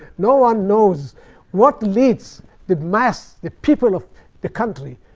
no one knows what leads the mass, the people of the country,